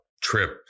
trip